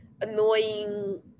annoying